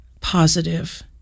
positive